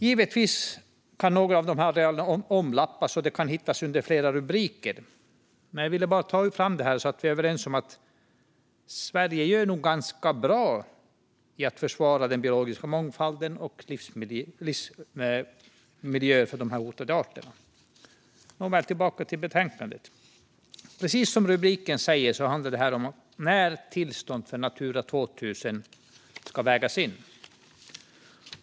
Givetvis kan några av de här arealerna lappa över varandra och hittas under flera rubriker. Men jag ville ta fram detta, så att vi kan vara överens om att Sverige nog är ganska bra på att försvara den biologiska mångfalden och livsmiljöer för hotade arter. Tillbaka till betänkandet. Precis som rubriken säger handlar detta om när tillstånd enligt Natura 2000 ska vägas in.